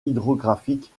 hydrographique